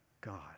God